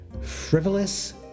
Frivolous